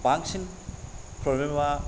बांसिन प्रब्लेमा